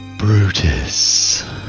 Brutus